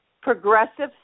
progressive